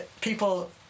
people